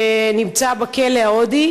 שנמצא בכלא ההודי.